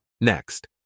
Next